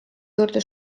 juurde